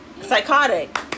psychotic